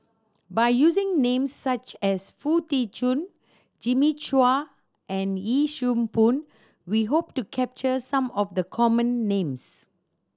by using names such as Foo Tee Jun Jimmy Chua and Yee Siew Pun we hope to capture some of the common names